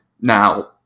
now